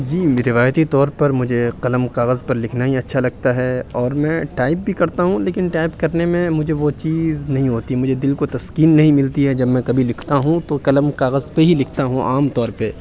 جی روایتی طور پر مجھے قلم کاغذ پر لکھنا ہی اچھا لگتا ہے اور میں ٹائپ بھی کرتا ہوں لیکن ٹائپ کرنے میں مجھے وہ چیز نہیں ہوتی مجھے دل کو تسکین نہیں ملتی ہے جب میں کبھی لکھتا ہوں تو قلم کاغذ پہ ہی لکھتا ہوں عام طور پہ